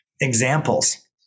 examples